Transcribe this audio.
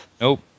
Nope